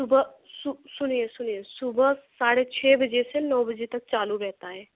सुबह सुनिए सुनिए सुबह साढ़े छः बजे से नौ बजे तक चालू रहता है